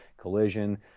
collision